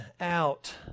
out